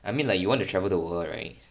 I mean like you want to travel the world right